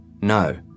No